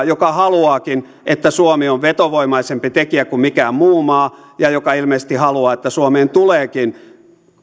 joka haluaakin että suomi on vetovoimaisempi tekijä kuin mikään muu maa ja joka ilmeisesti haluaa että suomeen tuleekin